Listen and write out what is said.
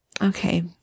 Okay